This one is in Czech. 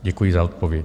Děkuji za odpověď.